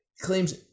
claims